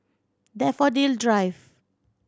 Daffodil Drive